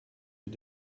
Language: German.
mit